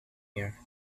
year